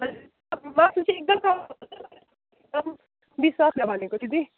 विश्वासले भनेको दिदी